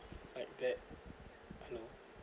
like that I know